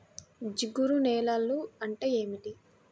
జిగురు నేలలు అంటే ఏమిటీ?